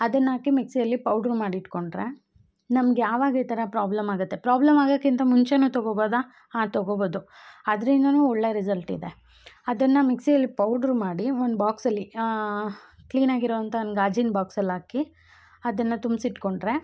ಅದುನ್ನಾಕಿ ಮಿಕ್ಸಿಯಲ್ಲಿ ಪೌಡ್ರ್ ಮಾಡಿ ಇಡ್ಕೊಂಡರೆ ನಮ್ಗೆ ಯಾವಗ ಈ ಥರ ಪ್ರಾಬ್ಲಮ್ ಆಗುತ್ತೆ ಪ್ರಾಬ್ಲಮ್ ಆಗೋಕ್ಕಿಂತ ಮುಂಚೆ ತಗೋಬೋದ ಆ ತಗೋಬೋದು ಅದರಿಂದನ್ನು ಒಳ್ಳೆ ರಿಸಲ್ಟ್ ಇದೆ ಅದನ್ನು ಮಿಕ್ಸಿಯಲ್ಲಿ ಪೌಡ್ರ್ ಮಾಡಿ ಒಂದು ಬಾಕ್ಸಲ್ಲಿ ಕ್ಲೀನಾಗಿ ಇರೋ ಅಂಥ ಒಂದು ಗಾಜಿನ ಬಾಕ್ಸಲ್ಲಾಕಿ ಅದನ್ನು ತುಂಬ್ಸಿ ಇಟ್ಕೊಂಡರೆ